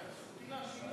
שלוש דקות.